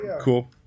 Cool